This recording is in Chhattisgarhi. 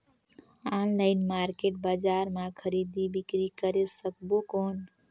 ऑनलाइन मार्केट बजार मां खरीदी बीकरी करे सकबो कौन?